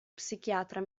psichiatra